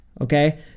okay